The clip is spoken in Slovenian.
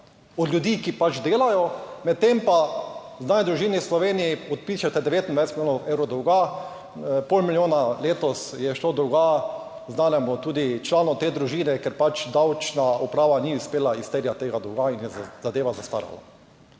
od ljudi, ki pač delajo, medtem pa v znani družini v Sloveniji odpišete 29 milijonov evrov dolga. Pol milijona letos, je šlo dolga znanemu, tudi članu te družine, ker pač davčna uprava ni uspela izterjati tega dolga in je zadeva zastarala.